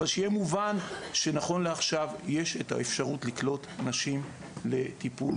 אבל שיהיה מובן שנכון לעכשיו יש אפשרות לקלוט נשים לטיפול